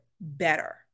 better